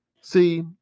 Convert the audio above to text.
See